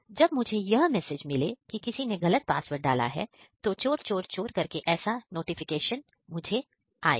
जब मुझे यह मैसेज मिले कि किसी ने गलत पासवर्ड डाला है तो चोर चोर चोर करके ऐसा एक नोटिफिकेशन मुझे आएगा